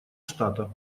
штата